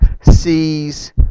sees